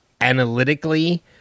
analytically